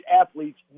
athletes